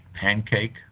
pancake